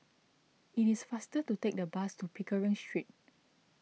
it is faster to take the bus to Pickering Street